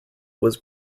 was